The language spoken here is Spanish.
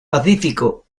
pacífico